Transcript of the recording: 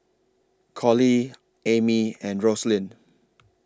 Coley Amy and Roslyn